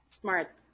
Smart